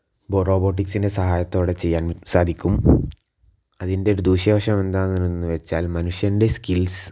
ബോ റോബോട്ടിക്സ് ന്റെ സഹായത്തോടെ ചെയ്യാൻ സാധിക്കും അതിൻറ്റെ ഒരു ദൂഷ്യ വശം എന്താന്ന് വെച്ചാൽ മനുഷ്യൻറ്റെ സ്കിൽസ്